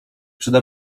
przede